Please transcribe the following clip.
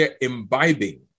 imbibing